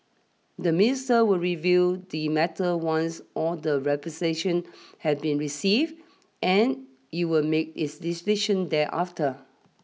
the minister will review the matter once all the representation have been received and it will make his decision thereafter